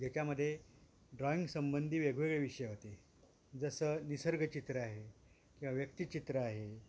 ज्याच्यामदे drawing संबंधी वेगवेगळे विषय होते जसं निसर्गचित्र आहे किंवा व्यक्तिचित्र आहे